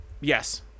yes